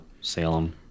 Salem